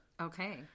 Okay